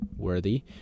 worthy